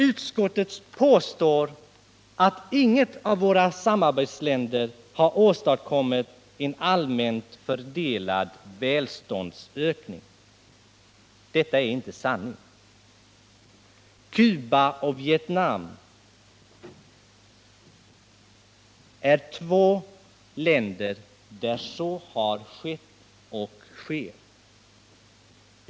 Utskottet påstår att inget av våra samarbetsländer har åstadkommit en Nr 15 allmänt fördelad välståndsökning. Det är inte sanning. Cuba och Vietnam är Onsdagen den två länder, där så har skett och sker.